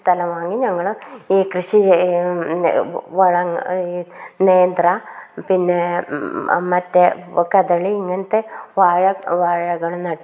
സ്ഥലം വാങ്ങി ഞങ്ങൾ ഈ കൃഷി വളങ്ങൾ ഈ നേന്ത്ര പിന്നെ മറ്റേ കദളി ഇങ്ങനത്തെ വാഴ വാഴകൾ നട്ടു